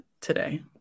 today